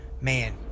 Man